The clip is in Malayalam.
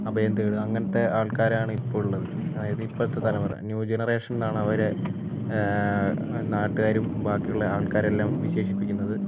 അഭയം തേടുക അങ്ങനത്തെ ആൾക്കാർ ആണ് ഇപ്പോൾ ഉള്ളത് അതായത് ഇപ്പോഴത്തെ തലമുറ ന്യൂ ജനറേഷൻസ് എന്നാണ് അവരെ നാട്ടുകാരും ബാക്കിയുള്ള ആൾക്കാരും എല്ലാം വിശേഷിപ്പിക്കുന്നത്